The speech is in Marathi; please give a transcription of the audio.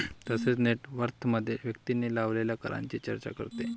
तसेच नेट वर्थमध्ये व्यक्तीने लावलेल्या करांची चर्चा करते